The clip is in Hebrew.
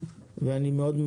ואני מאוד,